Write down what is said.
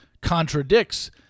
contradicts